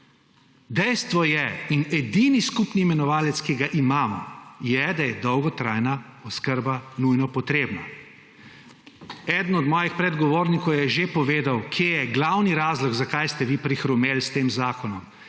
Dejstvo je in edini skupni imenovalec, ki ga imamo, je, da je dolgotrajna oskrba nujno potrebna. Eden od mojih predgovornikov je že povedal, kje je glavni razlog, zakaj ste vi prihrumeli s tem zakonom.